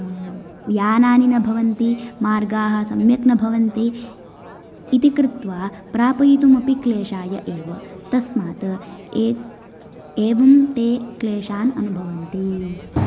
यानानि न भवन्ति मार्गाः सम्यक् न भवन्ति इति कृत्वा प्रापयितुमपि क्लेषाय एव तस्मात ए एवं ते क्लेषान् अनुभवन्ति